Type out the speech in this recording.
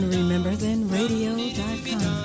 RememberThenRadio.com